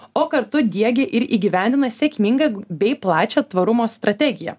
o kartu diegia ir įgyvendina sėkmingą bei plačią tvarumo strategiją